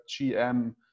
GM